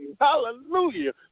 hallelujah